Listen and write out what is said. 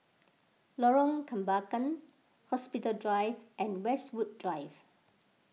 Lorong Kembangan Hospital Drive and Westwood Drive